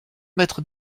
mètres